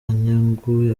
n’inyungu